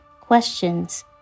questions